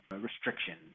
restrictions